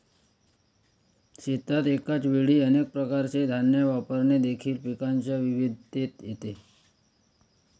शेतात एकाच वेळी अनेक प्रकारचे धान्य वापरणे देखील पिकांच्या विविधतेत येते